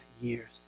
years